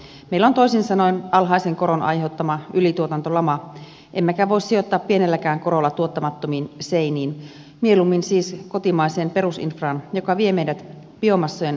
meillä on toisin sanoen alhaisen koron aiheuttama ylituotantolama emmekä voi sijoittaa pienelläkään korolla tuottamattomiin seiniin mieluummin siis kotimaiseen perusinfraan joka vie meidät biomassojen äärelle